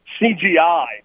CGI